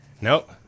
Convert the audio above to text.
Nope